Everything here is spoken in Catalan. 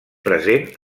present